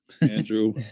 Andrew